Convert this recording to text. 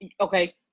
okay